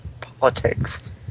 politics